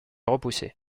repousser